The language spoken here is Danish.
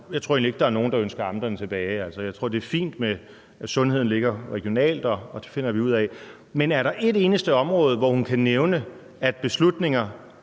Jeg tror egentlig ikke, at der er nogen, der ønsker amterne tilbage. Jeg tror, det er fint, at sundheden ligger regionalt, og det finder vi ud af. Men kan hun nævne et eneste område, hvor beslutninger